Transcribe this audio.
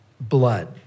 blood